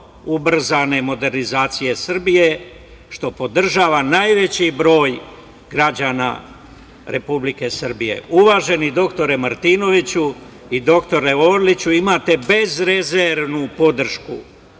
ubrzane modernizacije Srbije, što podržava najveći broj građana Republike Srbije. Uvaženi dr Martinoviću i dr Orliću, imate bezrezervnu podršku